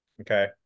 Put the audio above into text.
Okay